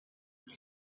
een